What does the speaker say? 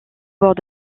bord